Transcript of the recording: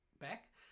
back